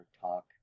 talk